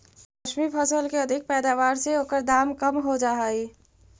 मौसमी फसल के अधिक पैदावार से ओकर दाम कम हो जाऽ हइ